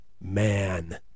man